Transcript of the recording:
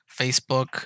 Facebook